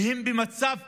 כי הם במצב קשה.